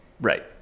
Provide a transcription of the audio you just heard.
right